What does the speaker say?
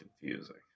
confusing